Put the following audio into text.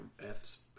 F's